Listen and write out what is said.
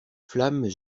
flammes